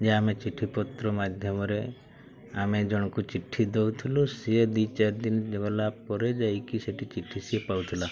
ଯେ ଆମେ ଚିଠିପତ୍ର ମାଧ୍ୟମରେ ଆମେ ଜଣଙ୍କୁ ଚିଠି ଦେଉଥିଲୁ ସିଏ ଦୁଇ ଚାରି ଦିନ ଗଲା ପରେ ଯାଇକରି ସେଇଠି ଚିଠି ସିଏ ପାଉଥିଲା